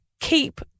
keep